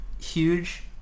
huge